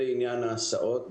ההסעות,